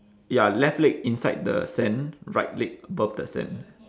ya left leg inside the sand right leg above the sand